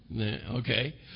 Okay